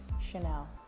Chanel